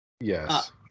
Yes